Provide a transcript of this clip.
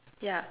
yup